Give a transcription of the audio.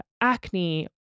acne